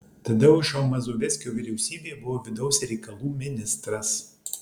tadeušo mazoveckio vyriausybėje buvo vidaus reikalų ministras